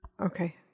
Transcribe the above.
Okay